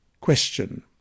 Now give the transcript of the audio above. Question